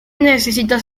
necesita